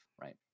Right